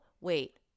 wait